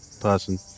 person